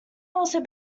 also